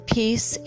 peace